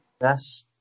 Yes